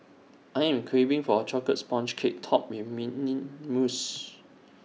I am craving for A Chocolate Sponge Cake Topped with mint mousse